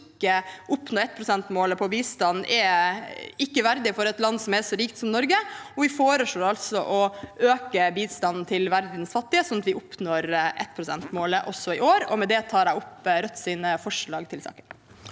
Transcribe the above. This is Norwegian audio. énprosentmålet for bistand ikke er verdig for et land som er så rikt som Norge. Vi foreslår å øke bistanden til verdens fattige, sånn at vi oppnår énprosentmålet også i år. Med det tar jeg opp Rødts forslag til saken.